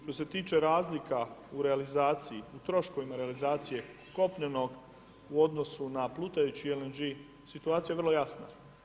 Što s tiče razlika u realizaciji u troškovima realizacije, kopnenog u odnosu na plutajući LNG, situacija je vrlo jasna.